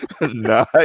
Nice